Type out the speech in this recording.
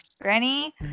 Granny